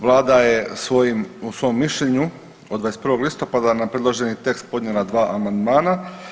Vlada je u svom mišljenju od 21. listopada na predloženi tekst podnijela dva amandmana.